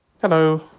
Hello